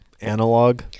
analog